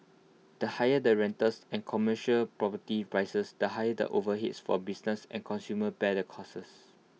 the higher the rentals and commercial property prices the higher the overheads for businesses and consumers bear the costs